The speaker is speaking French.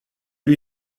lui